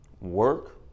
work